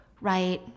right